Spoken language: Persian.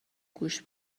گوشت